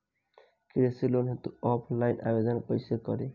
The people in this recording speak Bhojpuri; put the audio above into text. कृषि लोन हेतू ऑफलाइन आवेदन कइसे करि?